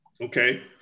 Okay